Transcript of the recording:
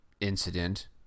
incident